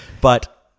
But-